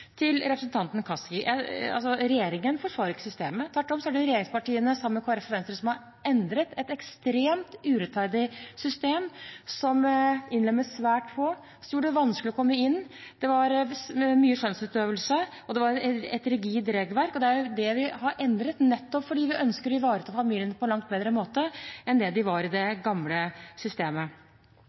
Til representanten Kaski: Regjeringen forsvarer ikke systemet. Tvert om er det regjeringspartiene sammen med Kristelig Folkeparti og Venstre som har endret et ekstremt urettferdig system som innlemmet svært få, og som gjorde det vanskelig å komme inn. Det var med mye skjønnsutøvelse, og det var et rigid regelverk. Det er det vi har endret, nettopp fordi vi ønsker å ivareta familiene på en langt bedre måte enn det de var i det gamle systemet.